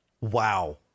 Wow